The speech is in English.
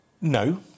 No